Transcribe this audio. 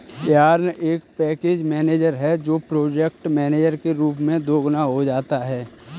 yarn एक package manager है जो प्रोजेक्ट मैनेजर के रूप में दोगुना हो जाता है